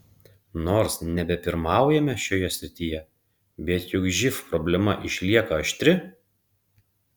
nors nebepirmaujame šioje srityje bet juk živ problema išlieka aštri